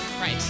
Right